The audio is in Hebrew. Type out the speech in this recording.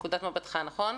לנקודת מבטך, נכון?